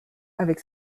avec